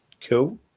Cool